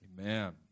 Amen